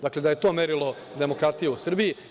Dakle, da je to merilo demokratije u Srbiji.